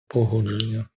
погодження